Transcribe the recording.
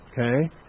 Okay